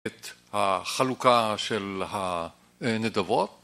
‫את החלוקה של הנדבות.